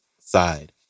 Side